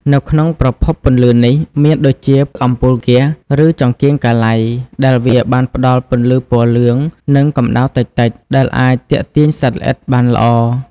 នៅក្នុងប្រភពពន្លឺនេះ មានដូចជា អំពូលហ្គាស ឬចង្កៀងកាឡៃ ដែលវាបានផ្តល់ពន្លឺពណ៌លឿង និងកំដៅតិចៗ ដែលអាចទាក់ទាញសត្វល្អិតបានល្អ។